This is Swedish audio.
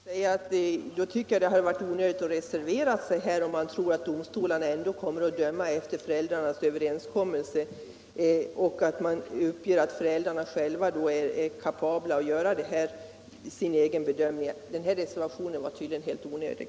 Herr talman! Jag tycker det var onödigt att reservera sig på denna punkt om man tror att domstolarna ändå kommer att döma efter föräldrarnas överenskommelse och att de sålunda utgår ifrån att föräldrarna är kapabla att själva göra en bedömning. Den här reservationen var tydligen helt onödig.